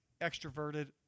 extroverted